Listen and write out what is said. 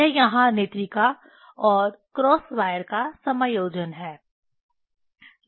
यह यहाँ नेत्रिका और क्रॉस वायर का समायोजन है